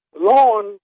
Lawn